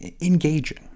engaging